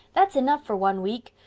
that's enough for one week.